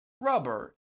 rubber